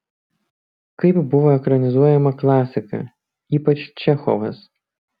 kaip buvo ekranizuojama klasika ypač čechovas